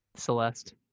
celeste